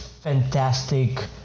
fantastic